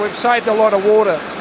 we've saved a lot of water.